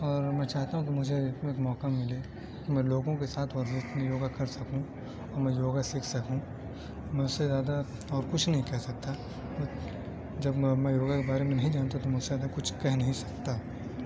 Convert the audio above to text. اور میں چاہتا ہوں کہ مجھے اس میں ایک موقعہ ملے کہ میں لوگوں کے ساتھ ورزش یوگا کرسکوں میں یوگا سیکھ سکوں میں اس سے زیادہ اور کچھ نہیں کہہ سکتا جب میں میں یوگا کے بارے میں نہیں جانتا تو میں اس سے زیادہ کچھ کہہ نہیں سکتا